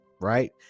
right